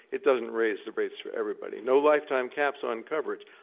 it doesn't raise the rates for everybody. no lifetime caps on coverage,